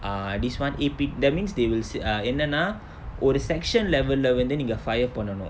err this [one] A_P it that means they will err என்னனா ஒரு:ennanaa oru section level leh வந்து நீங்க:vanthu neenga fire பண்ணனும்:pannanum